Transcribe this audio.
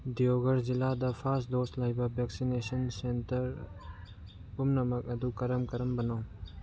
ꯗꯤꯑꯣꯒꯔ ꯖꯤꯜꯂꯥꯗ first dose ꯂꯩꯕ vaccination centre ꯄꯨꯝꯅꯃꯛ ꯑꯗꯨ ꯀꯔꯝ ꯀꯔꯝꯕꯅꯣ